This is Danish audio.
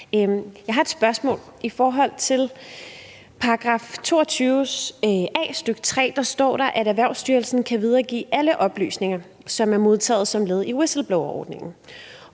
Jeg har et spørgsmål i forhold til paragraf 22 A, stk. 3. Der står, at Erhvervsstyrelsen kan videregive alle oplysninger, som er modtaget som led i whistleblowerordningen.